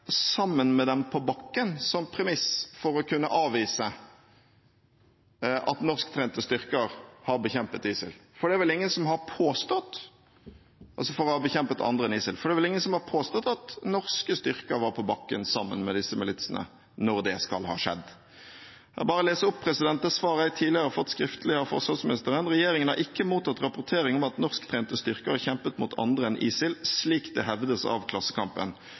sammen med disse militsene da det skal ha skjedd. Jeg vil bare lese opp et svar jeg tidligere har fått skriftlig av forsvarsministeren: «Regjeringen har ikke mottatt rapportering om at norsk trente styrker har kjempet mot andre enn ISIL slik det hevdes av Klassekampen.»